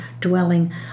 dwelling